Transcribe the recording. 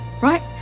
right